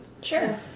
Sure